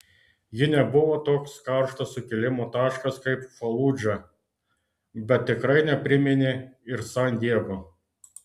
ji nebuvo toks karštas sukilimo taškas kaip faludža bet tikrai nepriminė ir san diego